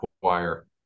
require